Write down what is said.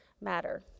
matter